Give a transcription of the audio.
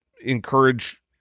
encourage